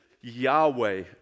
Yahweh